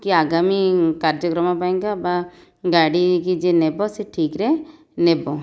କି ଆଗାମୀ କାର୍ଯ୍ୟକ୍ରମ ପାଇଁକା ବା ଗାଡ଼ିକି ଯେ ନେବ ସେ ଠିକ୍ ରେ ନେବ